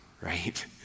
Right